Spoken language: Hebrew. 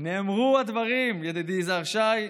נאמרו הדברים, ידידי יזהר שי.